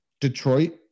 Detroit –